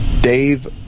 Dave